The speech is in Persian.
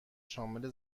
شامل